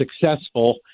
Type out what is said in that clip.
successful